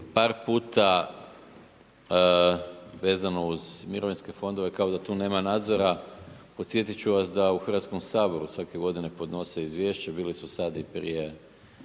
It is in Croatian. par puta vezano uz mirovinske fondove, kao da tu nema nadzora. Podsjetiti ću vas da u Hrvatskom saboru svake g. podnose izvješće, bili su sada i prije